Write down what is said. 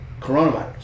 coronavirus